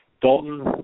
Dalton